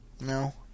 No